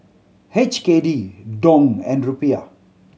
H K D Dong and Rupiah